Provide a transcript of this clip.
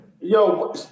Yo